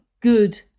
good